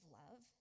love